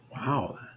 Wow